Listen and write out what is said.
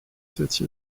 cette